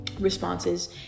responses